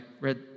read